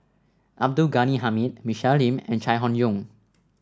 Abdul Ghani Hamid Michelle Lim and Chai Hon Yoong